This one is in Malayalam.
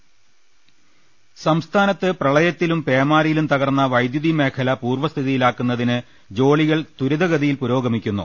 രുട്ട്ടിട്ടു സംസ്ഥാനത്ത് പ്രളയത്തിലും പേമാരിയിലും തകർന്ന വൈദ്യുതി മേഖല പൂർവസ്ഥിതിയിലാക്കുന്നതിന് ജോലികൾ ത്വരിതഗതിയിൽ പുരോഗമിക്കുന്നു